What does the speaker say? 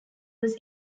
was